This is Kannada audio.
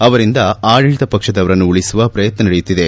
ಅವರಿಂದ ಅಡಳಿತ ಪಕ್ಷದವರನ್ನು ಉಳಿಸುವ ಪ್ರಯತ್ನ ನಡೆಯುತ್ತಿದೆ